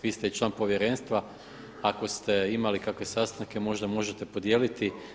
Vi ste i član povjerenstva, ako ste imali kakve sastanke možda možete podijeliti.